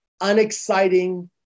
unexciting